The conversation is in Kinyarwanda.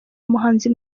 umuhanzi